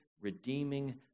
redeeming